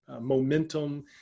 momentum